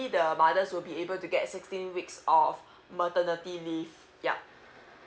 the mothers will be able to get sixteen weeks of maternity leave yup